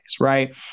Right